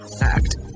act